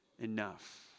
enough